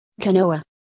canoa